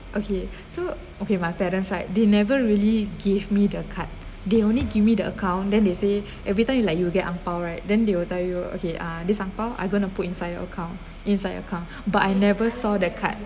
okay so okay my parents side they never really give me the card they only give me the account then they say every time you like you get ang pow right then they will tell you okay ah this ang pow I going to put inside your account inside account but I never saw that card